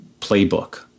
playbook